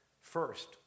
first